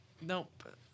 nope